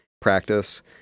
practice